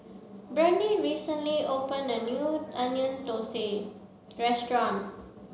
Brandy recently opened a new Onion Thosai Restaurant